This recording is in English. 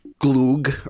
Glug